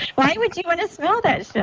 why would you want to smell that yeah